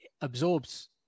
absorbs